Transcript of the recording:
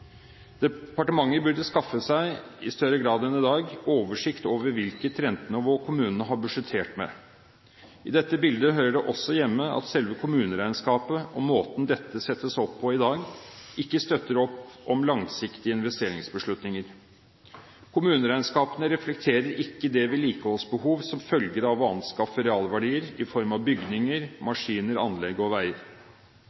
Departementet burde i større grad enn i dag skaffe seg en oversikt over hvilket rentenivå kommunene har budsjettert med. I dette bildet hører det også hjemme at selve kommuneregnskapet og måten dette settes opp på i dag, ikke støtter opp om langsiktige investeringsbeslutninger. Kommuneregnskapene reflekterer ikke det vedlikeholdsbehov som følger av å anskaffe realverdier i form av bygninger,